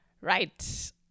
right